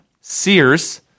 Sears